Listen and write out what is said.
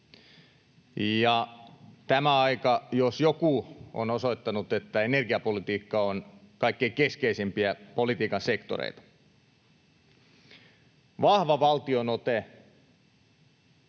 Tämä aika jos joku on osoittanut, että energiapolitiikka on kaikkein keskeisimpiä politiikan sektoreita. Vahva valtion ote